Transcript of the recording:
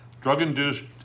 Drug-induced